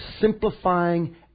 simplifying